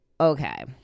Okay